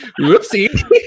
whoopsie